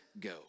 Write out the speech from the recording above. go